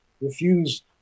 refused